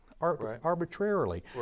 arbitrarily